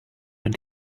when